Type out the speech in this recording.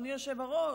אדוני היושב-ראש.